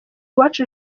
uwacu